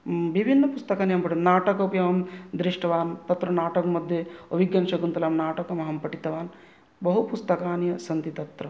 विभिन्न पुस्तकानि अहं अपठन् नाटकम् अपि अहं दृष्टवान् तत्र नाटकमध्ये अभिज्ञानशाकुन्तलं नाटकम् अहं पठितवान् बहु पुस्तकानि सन्ति तत्र